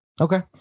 Okay